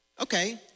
Okay